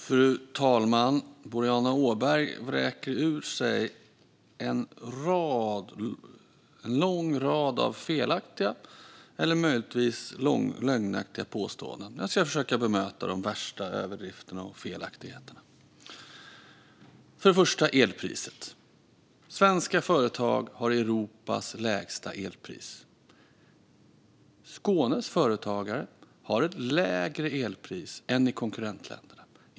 Fru talman! Boriana Åberg vräker ur sig en lång rad felaktiga eller möjligtvis lögnaktiga påståenden. Jag ska försöka bemöta de värsta överdrifterna och felaktigheterna. Först och främst när det gäller elpriset har svenska företag Europas lägsta elpris. Skånes företagare har ett lägre elpris än företagarna i konkurrentländerna.